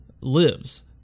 lives